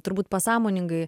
turbūt pasąmoningai